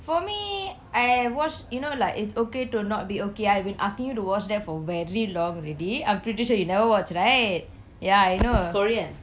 for me I watch you know like it's okay to not be okay I have been asking you to watch that for very long already I'm pretty sure you never watch right ya I know